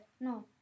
no